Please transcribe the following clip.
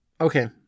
Okay